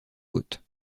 faute